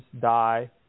die